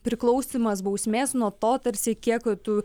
priklausymas bausmės nuo to tarsi kiek tu